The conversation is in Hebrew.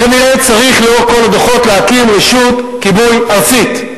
כנראה צריך לאור כל הדוחות להקים רשות כיבוי ארצית.